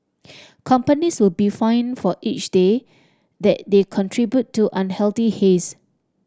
companies will be fined for each day that they contribute to unhealthy haze